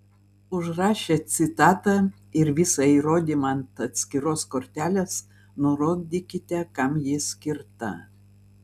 užrašę citatą ir visą įrodymą ant atskiros kortelės nurodykite kam ji skirta